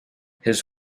his